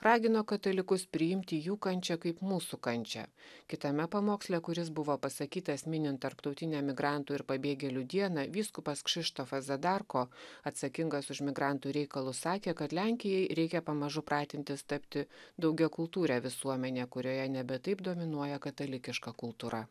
ragino katalikus priimti jų kančią kaip mūsų kančią kitame pamoksle kuris buvo pasakytas minint tarptautinę migrantų ir pabėgėlių dieną vyskupas kšištofas zadarko atsakingas už migrantų reikalus sakė kad lenkijai reikia pamažu pratintis tapti daugiakultūre visuomene kurioje nebe taip dominuoja katalikiška kultūra